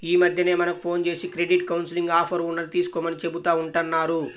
యీ మద్దెన మనకు ఫోన్ జేసి క్రెడిట్ కౌన్సిలింగ్ ఆఫర్ ఉన్నది తీసుకోమని చెబుతా ఉంటన్నారు